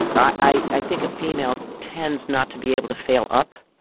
i think a female tends not to be able to fail up,